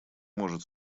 может